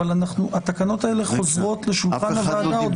אבל התקנות האלה חוזרות לשולחן הוועדה עוד מעט.